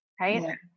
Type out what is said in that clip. right